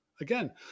Again